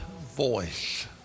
voice